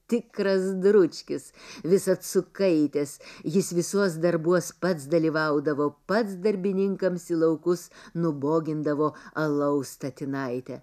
tikras dručkis visad sukaitęs jis visuos darbuos pats dalyvaudavo pats darbininkams į laukus nubogindavo alaus statinaitę